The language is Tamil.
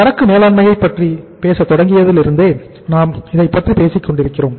சரக்கு மேலாண்மையை பற்றி பேச தொடங்கியதிலிருந்தே நாம் இதைப் பற்றி பேசிக் கொண்டிருக்கிறோம்